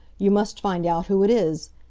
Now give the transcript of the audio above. you must find out who it is.